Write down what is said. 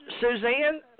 Suzanne